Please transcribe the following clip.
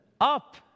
up